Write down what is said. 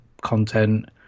content